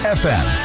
fm